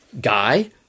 guy